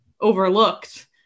overlooked